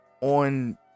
on